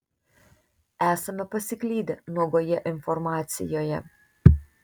esame pasiklydę nuogoje informacijoje